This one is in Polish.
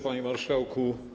Panie Marszałku!